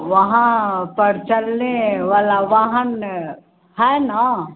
वहाँ पर चलने वाला वाहन है न